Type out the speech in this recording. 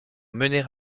mener